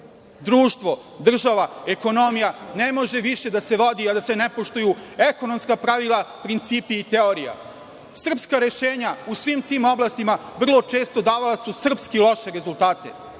Društvo, država, ekonomija, ne može više da se vodi, a da se ne poštuju ekonomska pravila, principi i teorija. Srpska rešenja u svim tim oblastima vrlo često davala su srpski loše rezultate. Ono